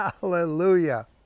Hallelujah